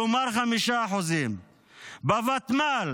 כלומר 5%. בוותמ"ל